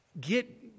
get